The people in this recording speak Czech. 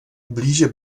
blíže